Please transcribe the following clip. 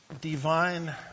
Divine